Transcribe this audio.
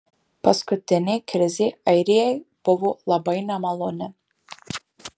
paskutinė krizė airijai buvo labai nemaloni